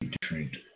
different